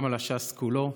גם על הש"ס כולו,